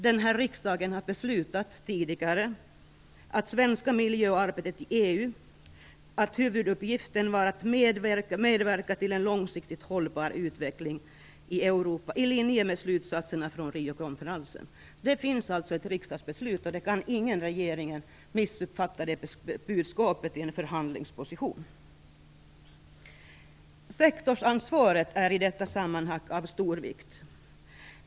Den här riksdagen har tidigare beslutat att huvuduppgiften för det svenska miljöarbetet i EU var att medverka till en långsiktigt hållbar utveckling i Europa, i linje med slutsatserna från Riokonferensen. Det finns alltså ett riksdagsbeslut om detta, och ingen i regeringen kan missuppfatta det beslutet i en förhandlingsposition. Sektorsansvaret är i detta sammanhang av stor vikt.